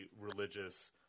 religious